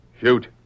Shoot